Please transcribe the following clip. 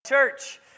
Church